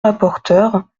rapporteurs